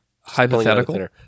hypothetical